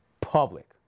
public